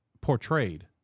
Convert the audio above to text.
portrayed